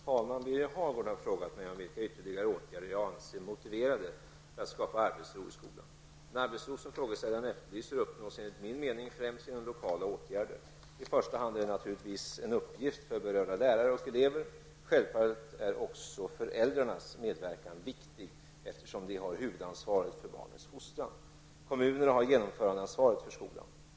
Herr talman! Birger Hagård har frågat mig om vilka ytterligare åtgärder jag anser motiverade för att skapa arbetsro i skolan. Den arbetsro som frågeställaren efterlyser uppnås enligt min mening främst genom lokala åtgärder. I första hand är det naturligtvis en uppgift för berörda lärare och elever. Självfallet är också föräldrarnas medverkan viktig eftersom de har huvudansvaret för barnens fostran. Kommunerna har genomförandeansvaret för skolan.